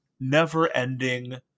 never-ending